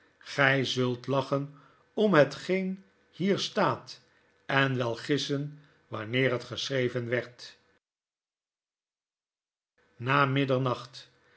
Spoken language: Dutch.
gy zult lachen om hetgeen hier staat en wel gissen wanneer het geschreven werd